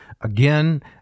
Again